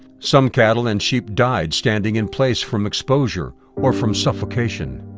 some cattle and sheep died standing in place from exposure, or from suffocation.